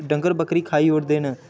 डंगर बक्करी खाई ओड़दे न